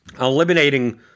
eliminating